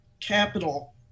capital